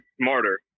smarter